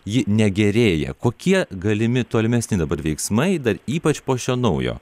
ji negerėja kokie galimi tolimesni dabar veiksmai dar ypač po šio naujo